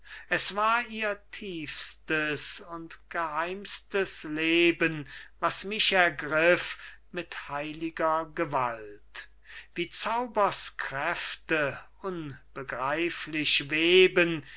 gestalt es war ihr tiefste und geheimstes leben was mich ergriff mit heiliger gewalt wie zaubers kräfte unbegreiflich weben die